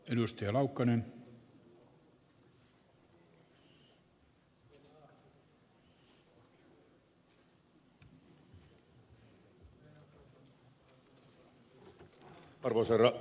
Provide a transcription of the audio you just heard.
arvoisa herra puhemies